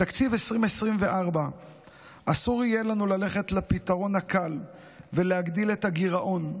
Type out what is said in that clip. בתקציב 2024 אסור יהיה לנו ללכת לפתרון הקל ולהגדיל את הגירעון,